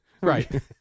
Right